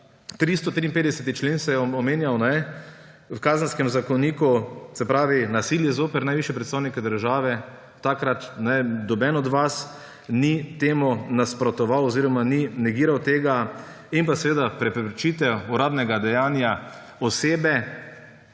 353. člen v Kazenskem zakoniku se je omenjal, se pravi nasilje zoper najvišje predstavnike države. Takrat nobeden od vas ni temu nasprotoval oziroma ni negiral tega. In pa seveda preprečitev uradnega dejanja osebe